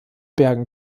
bergen